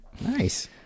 Nice